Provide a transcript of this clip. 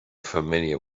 familiar